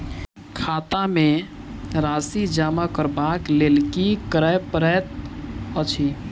खाता मे राशि जमा करबाक लेल की करै पड़तै अछि?